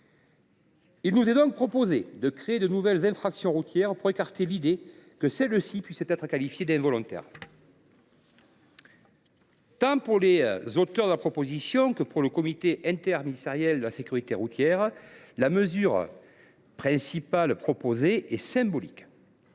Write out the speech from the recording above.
Il nous est ici proposé de créer de nouvelles infractions routières pour éviter que celles ci puissent être qualifiées d’involontaires. Tant pour les auteurs de la proposition de loi que pour le comité interministériel de la sécurité routière, la principale mesure proposée est symbolique.